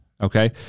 okay